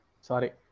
Sorry